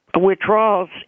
withdrawals